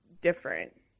different